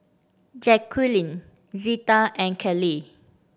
Jacqulyn Zeta and Kaley